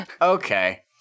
Okay